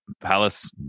Palace